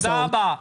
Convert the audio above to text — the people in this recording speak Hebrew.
תודה רבה.